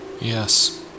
Yes